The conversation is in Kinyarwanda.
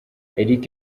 eric